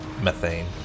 methane